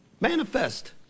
manifest